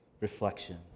reflection